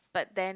but then